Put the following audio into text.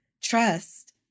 trust